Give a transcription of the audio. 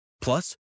plus